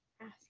ask